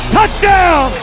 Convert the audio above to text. Touchdown